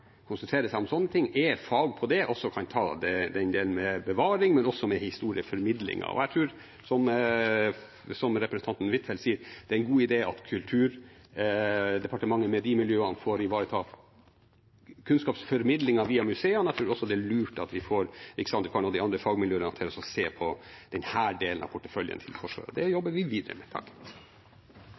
konsentrere seg om sånne ting, som er fagpersoner, kan ta den delen med bevaring, men også med historieformidlingen. Som representanten Huitfeldt sier, tror jeg det er en god idé at Kulturdepartementet, med de miljøene, får ivareta kunnskapsformidlingen via museene. Jeg tror også det er lurt at vi får Riksantikvaren og de andre fagmiljøene til å se på denne delen av porteføljen til Forsvaret, og det jobber vi videre med.